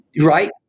right